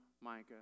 Micah